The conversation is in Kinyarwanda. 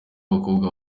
bakobwa